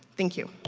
thank you.